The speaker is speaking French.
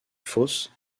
fausse